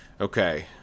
okay